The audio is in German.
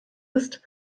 ist